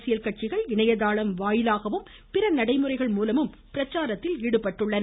அரசியல் கட்சிகள் இணையதளம் வாயிலாகவும் பிற நடைமுறைகள் மூலமும் பிரச்சாரத்தில் ஈடுபட்டுள்ளன